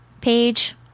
page